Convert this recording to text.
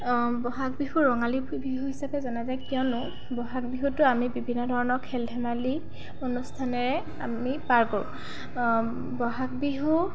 বহাগ বিহু ৰঙালী বিহু হিচাপে জনা যায় কিয়নো বহাগ বিহুটো আমি বিভিন্ন ধৰণৰ খেল ধেমালি অনুষ্ঠানেৰে আমি পাৰ কৰোঁ বহাগ বিহু